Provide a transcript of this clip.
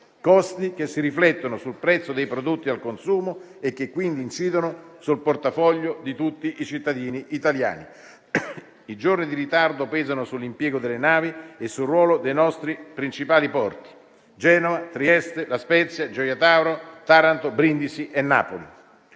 costi che si riflettono sul prezzo dei prodotti al consumo e che quindi incidono sul portafoglio di tutti i cittadini italiani. I giorni di ritardo pesano sull'impiego delle navi e sul ruolo dei nostri principali porti: Genova, Trieste, La Spezia, Gioia Tauro, Taranto, Brindisi e Napoli.